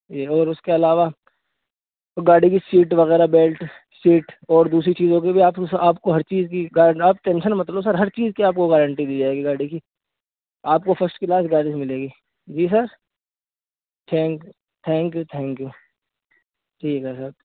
جی اور اس کے علاوہ اور گاڑی کی سیٹ وغیرہ بیلٹ سیٹ اور دوسری چیزوں کی بھی آپ کو آپ کو ہر چیز کی آپ ٹینشن مت لو سر ہر چیز کی آپ کو گارنٹی دی جائے گی گاڑی کی آپ کو فسٹ کلاس گاڑی ملے گی جی sir thank thank you thank you ٹھیک ہے سر